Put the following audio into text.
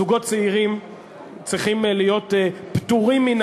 זוגות צעירים צריכים להיות פטורים מן